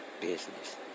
Business